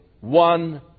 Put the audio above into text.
one